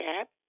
App